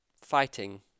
fighting